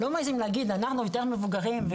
לא מעיזים להגיד אנחנו יותר מבוגרים,